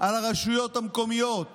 על הרשויות המקומיות